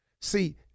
See